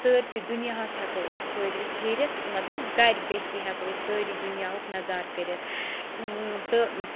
سٲرسٕے دُنیاہَس ہؠکو أسۍ پھٔرِتھ پھیٖرِتھ مَطلَب گَرِ بِہتھٕے ہٮ۪کو أسۍ سٲرِی دُنیاہُک نَظارٕ کٔرِتھ تہٕ